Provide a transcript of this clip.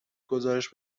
گزارش